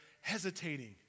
hesitating